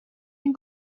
این